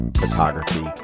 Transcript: photography